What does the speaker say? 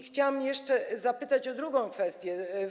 Chciałam jeszcze zapytać o drugą kwestię.